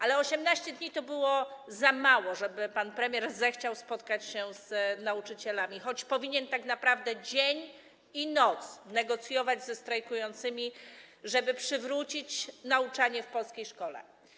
Ale 18 dni to było za mało, żeby pan premier zechciał spotkać się z nauczycielami, choć powinien tak naprawdę dzień i noc negocjować ze strajkującymi, żeby przywrócić nauczanie w polskiej szkole.